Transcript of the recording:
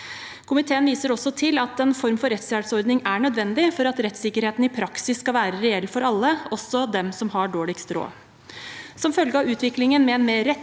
Komiteen viser også til at en form for rettshjelpsordning er nødvendig for at rettssikkerheten i praksis skal være reell for alle, også for dem som har dårligst råd. Som følge av utviklingen med en mer rettighetsbasert